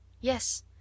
Yes